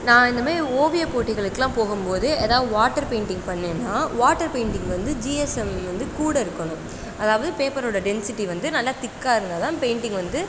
நான் இந்தமாதிரி ஓவியப் போட்டிகளுக்கெல்லாம் போகும்போது எதாவது வாட்டர் பெயிண்டிங் பண்ணிணேன்னா வாட்டர் பெயிண்டிங் வந்து ஜிஎஸ்எம் வந்து கூட இருக்கணும் அதாவது பேப்பரோடய டென்சிட்டி வந்து நல்லா திக்காக இருந்தால் தான் பெயிண்டிங் வந்து